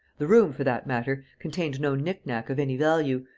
the room, for that matter, contained no knick-knack of any value,